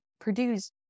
produce